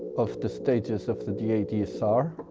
of the stages of the the adsr